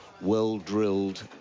Well-drilled